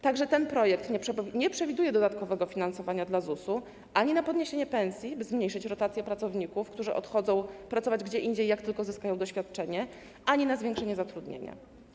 Także ten projekt nie przewiduje dodatkowego finansowania dla ZUS-u ani na podniesienie pensji, by zmniejszyć rotację pracowników, którzy odchodzą pracować gdzie indziej, jak tylko zyskają doświadczenie, ani na zwiększenie zatrudnienia.